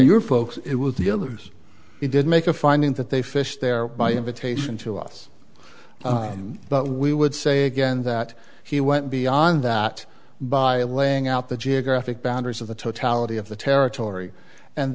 your folks it was the others he did make a finding that they fished there by invitation to us but we would say again that he went beyond that by laying out the geographic boundaries of the totality of the territory and